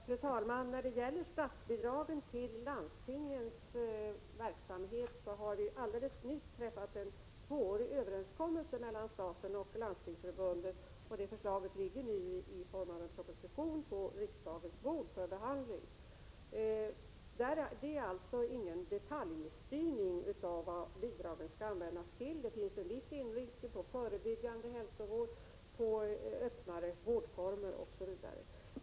Fru talman! När det gäller statsbidragen till landstingens verksamhet har det alldeles nyss träffats en tvåårig överenskommelse mellan staten och Landstingsförbundet, och det förslaget ligger nu i form av en proposition på riksdagens bord för behandling. Det är alltså ingen detaljstyrning av vad bidragen skall användas till, även om det finns en viss inriktning på förebyggande hälsovård, öppnare vårdformer osv.